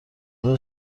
نظر